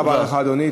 תודה רבה לך, אדוני.